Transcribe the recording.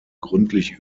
gründlich